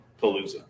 palooza